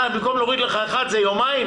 במקום להוריד לך יומיים,